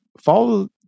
follow